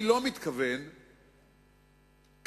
אני לא מתכוון שבדיון